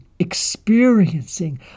experiencing